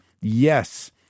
Yes